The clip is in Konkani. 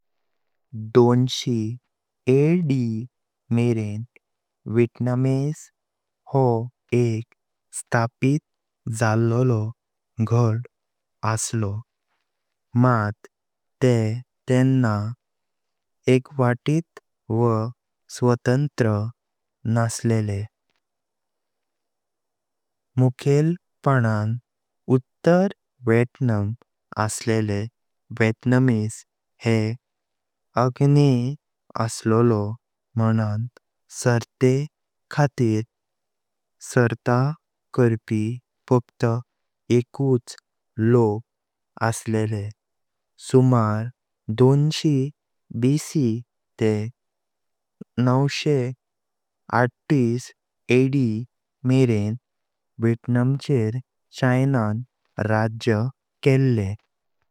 दोनशी ए.डी. मरे व्हियतनामीज हो एक स्टापिट जल्लो घाट असल्यलो, माट तेह तेंना एकवटित वा स्वतंत्र नसलेले। मुखेलपणान उत्तेर व्हियतनाम असेले व्हियतनामीज हे आग्नेय असल्लो मनन सर्ते खातीर सर्ता कारपी फक्त एकच लोक असेले। सुमर दोनशी बी.सी. तेह नवशे आडतीस ए.डी. मरेन व्हियतनाचेर चिन्न राज्य केले।